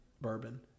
bourbon